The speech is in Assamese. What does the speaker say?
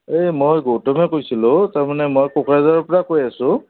এই মই গৌতমে কৈছিলোঁ তাৰমানে মই কোকৰাঝাৰৰ পৰা কৈ আছোঁ